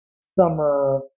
summer